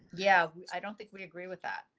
yeah, i don't think we agree with that.